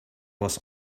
was